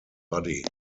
body